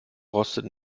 rostet